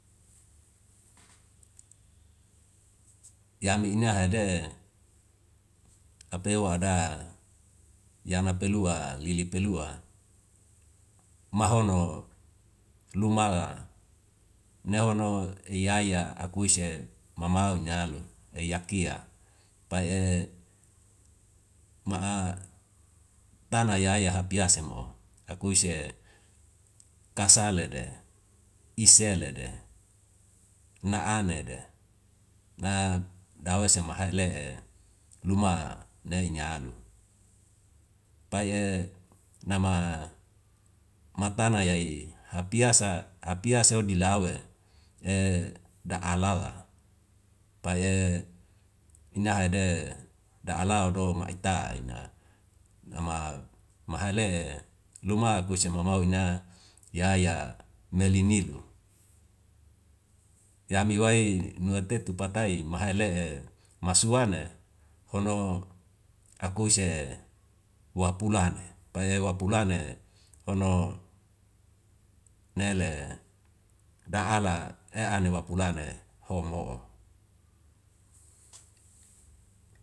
Yami ina hede apewa ada yana pelua lili pelua mahono luma nehono yaya akuise mamau ni alu yakia. Pai ma'a tana yaya hapiase mo akuise kasale de, isele de, na ane de, na dawese mahale luma le ina alu. Pai nama matana ya'i hapiasa, hapiasa odilawe da alala pai ina hede da alala do ma ita ina nama maheleluma akuise mamau ina yaya meli nilu. Yami wai nue tetu patai mahai le'e masu ane hono akuise wapulane, pae wapulane hono nele da ala ane wapulane homo.